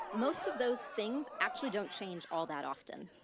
most of those things actually don't change all that often,